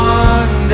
one